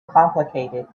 complicated